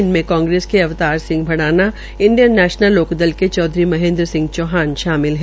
इनमें कांग्रेस के Avtar Singh Bhadana Indian National Lokdal के चौधरी महेन्द्र सिंह चौहान शामिल है